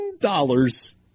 dollars